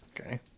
Okay